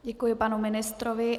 Děkuji panu ministrovi.